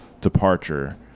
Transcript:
departure